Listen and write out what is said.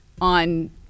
on